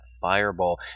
fireball